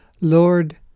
Lord